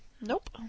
Nope